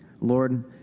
Lord